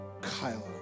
Kyla